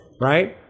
Right